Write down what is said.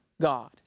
God